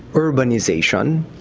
urbanisation,